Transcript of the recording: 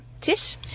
Tish